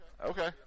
Okay